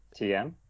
TM